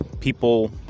people